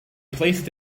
placed